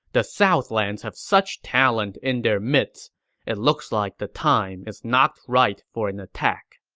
the southlands have such talent in their midst it looks like the time is not right for an attack.